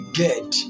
get